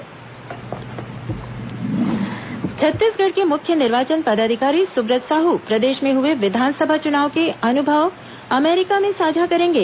सुब्रत साहू सम्मेलन छत्तीसगढ़ के मुख्य निर्वाचन पदाधिकारी सुब्रत साहू प्रदेश में हुए विधानसभा चुनाव के अनुभव अमेरिका में साझा करेंगे